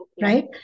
Right